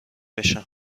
بشم